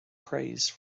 praise